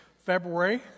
February